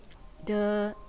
the